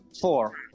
Four